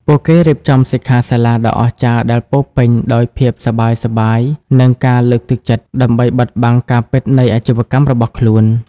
ពួកគេរៀបចំសិក្ខាសាលាដ៏អស្ចារ្យដែលពោរពេញដោយភាពសប្បាយៗ និងការលើកទឹកចិត្ត ដើម្បីបិទបាំងការពិតនៃអាជីវកម្មរបស់ខ្លួន។